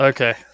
Okay